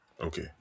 Okay